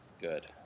good